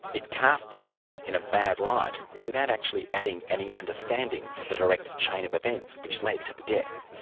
it casts leon in a bad light, without actually adding any understanding to the direct chain of events which led to the death.